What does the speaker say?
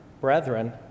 brethren